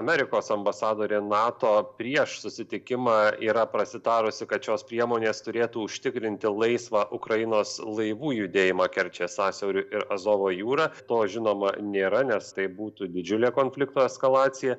amerikos ambasadorė nato prieš susitikimą yra prasitarusi kad šios priemonės turėtų užtikrinti laisvą ukrainos laivų judėjimą kerčės sąsiauriu ir azovo jūrą to žinoma nėra nes tai būtų didžiulė konflikto eskalacija